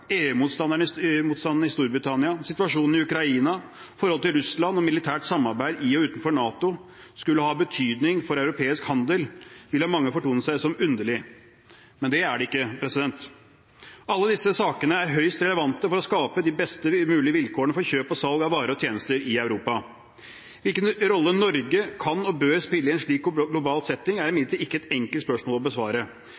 i Storbritannia, situasjonen i Ukraina, forholdet til Russland og militært samarbeid i og utenfor NATO skulle ha betydning for europeisk handel, ville for mange fortone seg som underlig. Men det er det ikke. Alle disse sakene er høyst relevante for å skape de best mulige vilkårene for kjøp og salg av varer og tjenester i Europa. Hvilken rolle Norge kan og bør spille i en slik global setting, er imidlertid ikke et enkelt spørsmål å besvare,